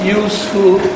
useful